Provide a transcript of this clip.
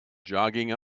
jogging